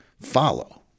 follow